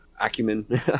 acumen